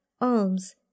alms